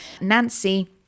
Nancy